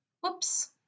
Whoops